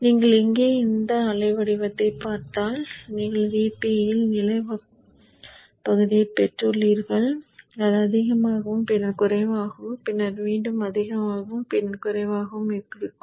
நீங்கள் இங்கே இந்த அலை வடிவத்தைப் பார்த்தால் நீங்கள் Vp இல் நீலப் பகுதியைப் பெற்றுள்ளீர்கள் அது அதிகமாகவும் பின்னர் குறைவாகவும் பின்னர் மீண்டும் அதிகமாகவும் பின்னர் குறைவாகவும் இருக்கும்